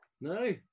No